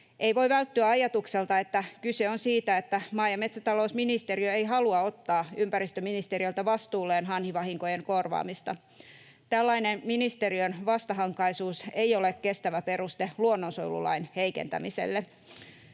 Ei voi välttyä ajatukselta, että kyse on siitä, että maa- ja metsätalousministeriö ei halua ottaa ympäristöministeriöltä vastuulleen hanhivahinkojen korvaamista. Tällainen ministeriön vastahankaisuus ei ole kestävä peruste luonnonsuojelulain heikentämiselle.